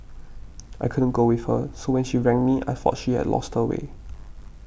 I couldn't go with her so when she rang me I thought she had lost her way